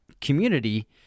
community